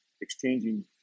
exchanging